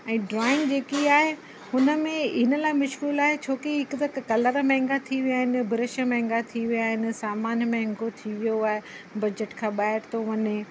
ऐं ड्रॉइंग जेकी आहे हुन में हिन लाइ मुश्किल आहे छोकी हिक त कलर महांगा थी विया आहिनि ब्रश महांगा थी विया आहिनि सामान महांगो थी वियो आहे बजट खां ॿाहिरि थो वञे